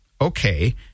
Okay